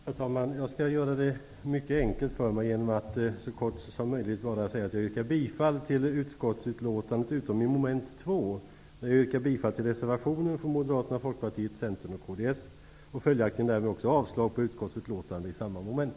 Herr talman! Jag skall göra det mycket enkelt för mig genom att så kortfattat som möjligt säga att jag yrkar bifall till utskottets hemställan, utom i mom. 2. Där yrkar jag bifall till reservationen från Följaktligen yrkar jag därmed avslag på utskottets hemställan i samma moment.